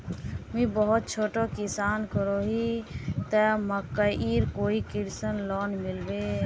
मुई बहुत छोटो किसान करोही ते मकईर कोई कृषि लोन मिलबे?